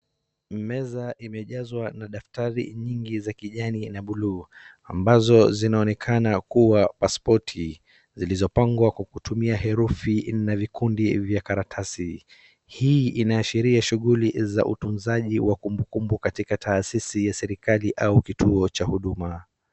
Meza imejazwa na daftari nyingi za kijani na bluu ambazo zinaonekana kuwa pasipoti zilizopangwa kwa kutumia herufi na vikundi vya karatasi. Hii inaashiria shughuli za utunzaji wa kumbukumbu katika taasisi ya serikali au kituo cha huduma.